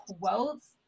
quotes